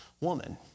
woman